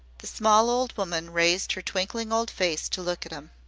the small old woman raised her twinkling old face to look at him.